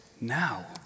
now